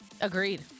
Agreed